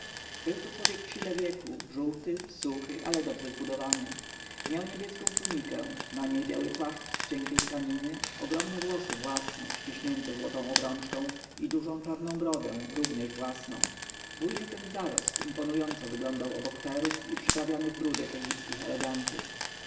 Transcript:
to człowiek w sile wieku żółty suchy ale dobrze zbudodowanyzbudowany miał niebieską tunikę na niej biały płaszcz z cienkiej tkaniny ogromne włosy własne ściśnięte złotą obrączką i dużą czarną brodę również własną bujny ten zarost imponująco wyglądał obok peruk i przyprawnych bródek egipskich elegantów